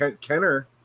Kenner